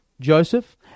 joseph